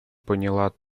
поняла